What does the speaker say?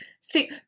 see